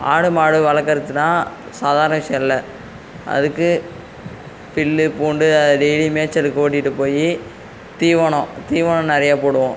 ஆடு மாடு வளர்க்குறதுலாம் சாதாரண விஷயம் இல்லை அதுக்கு பில் பூண்டு அதை டெய்லியும் மேய்ச்சலுக்கு ஒட்டிகிட்டு போய் தீவனம் தீவனம் நிறைய போடுவோம்